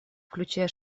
включая